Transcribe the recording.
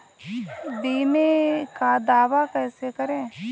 बीमे का दावा कैसे करें?